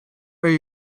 where